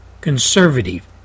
conservative